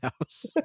house